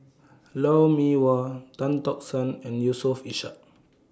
Lou Mee Wah Tan Tock San and Yusof Ishak